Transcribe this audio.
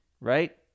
Right